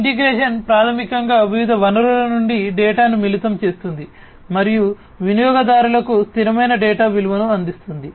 integration ప్రాథమికంగా వివిధ వనరుల నుండి డేటాను మిళితం చేస్తుంది మరియు వినియోగదారులకు స్థిరమైన డేటా విలువను అందిస్తుంది